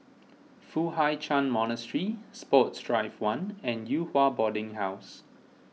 Foo Hai Ch'an Monastery Sports Drive one and Yew Hua Boarding House